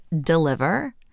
deliver